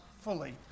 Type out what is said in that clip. fully